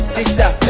Sister